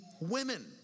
women